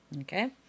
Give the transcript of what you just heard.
Okay